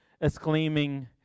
exclaiming